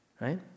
right